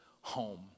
home